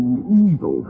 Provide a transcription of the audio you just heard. evil